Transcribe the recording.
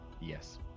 Yes